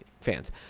fans